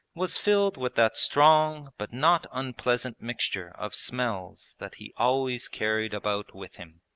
was filled with that strong but not unpleasant mixture of smells that he always carried about with him.